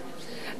רגע,